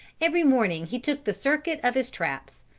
every morning he took the circuit of his traps,